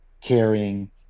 caring